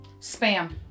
Spam